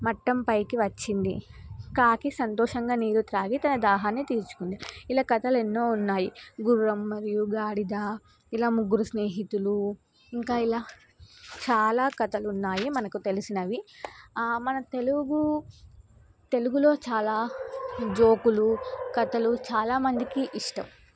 మట్టం పైకి వచ్చింది కాకి సంతోషంగా నీరు త్రాగి తన దాహాన్ని తీర్చుకుంది ఇలా కథలు ఎన్నో ఉన్నాయి గుర్రం మరియు గాడిద ఇలా ముగ్గురు స్నేహితులు ఇంకా ఇలా చాలా కథలున్నాయి మనకు తెలిసినవి మన తెలుగు తెలుగులో చాలా జోకులు కథలు చాలామందికి ఇష్టం